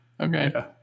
Okay